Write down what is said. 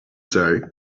say